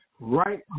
right